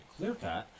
ClearCut